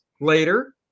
later